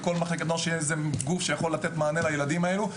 שבכל מחלקת נוער יהיה גוף שיוכל לתת מענה לילדים הללו.